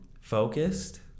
focused